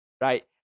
right